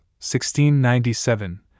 1697